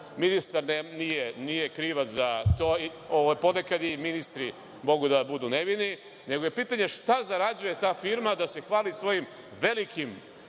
ministar nije krivac za to, ponekad i ministri mogu da budu nevini, nego je pitanje šta zarađuje ta firma da se hvali svojim velikim